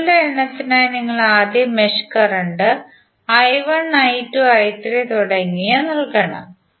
മെഷുകളുടെ എണ്ണത്തിനായി നിങ്ങൾ ആദ്യം mesh current I1 I2 I3 തുടങ്ങിയവ നൽകണം